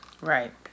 Right